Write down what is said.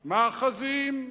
מאחזים,